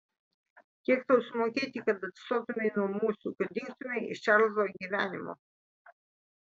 kiek tau sumokėti kad atstotumei nuo mūsų kad dingtumei iš čarlzo gyvenimo